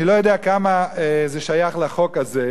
אני לא יודע כמה זה שייך לחוק הזה,